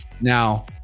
Now